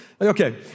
Okay